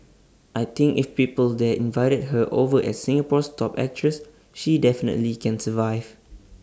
I think if people there invited her over as Singapore's top actress she definitely can survive